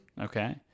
okay